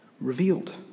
revealed